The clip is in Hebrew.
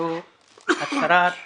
זו הצהרת ברזל.